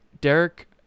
Derek